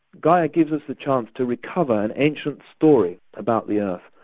gaia gives us a chance to recover an ancient story about the earth.